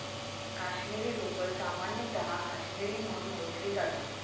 काश्मीरी लोकर सामान्यतः काश्मीरी म्हणून ओळखली जाता